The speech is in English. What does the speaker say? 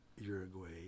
Uruguay